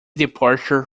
departure